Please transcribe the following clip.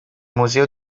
museo